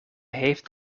heeft